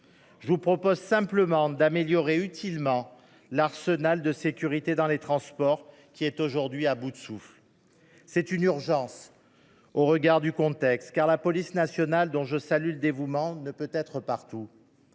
Je vous propose simplement d’améliorer utilement l’arsenal de sécurité dans les transports, qui est aujourd’hui à bout de souffle. C’est une urgence au regard du contexte, car la police nationale, dont je salue le dévouement, ne peut être partout.